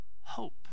hope